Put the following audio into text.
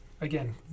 again